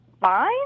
fine